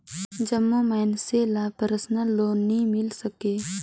जम्मो मइनसे ल परसनल लोन नी मिल सके